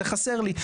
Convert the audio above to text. זה חסר לי.